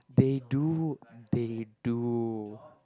they do they do